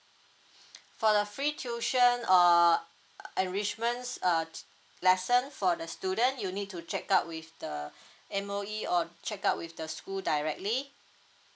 for the free tuition err arrangements uh lesson for the student you need to check out with the M_O_E or check out with the school directly